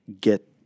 get